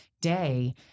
day